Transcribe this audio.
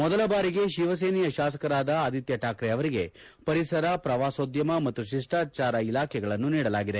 ಮೊದಲ ಬಾರಿಗೆ ಶಿವಸೇನೆಯ ಶಾಸಕರಾದ ಆದಿತ್ಯ ಠಾಕ್ರೆ ಅವರಿಗೆ ಪರಿಸರ ಪ್ರವಾಸೋದ್ಯಮ ಮತ್ತು ಶಿಷ್ಠಚಾರ ಇಲಾಖೆಗಳನ್ನು ನೀಡಲಾಗಿದೆ